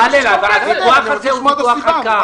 בצלאל, הוויכוח הזה הוא ויכוח עקר.